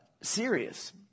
serious